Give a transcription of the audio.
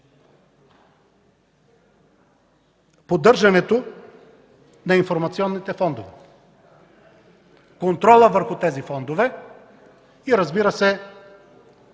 поддържането на информационните фондове, контрола върху тези фондове и, разбира се,